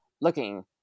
looking